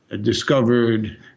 discovered